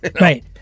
Right